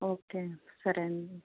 okay సరే అండి